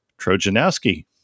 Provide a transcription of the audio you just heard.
Trojanowski